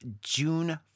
June